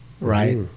right